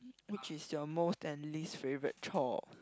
which is your most and least favourite chore